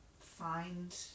find